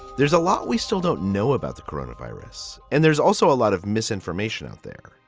there's a lot we still don't know about the corona virus, and there's also a lot of misinformation out there.